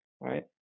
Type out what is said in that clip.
right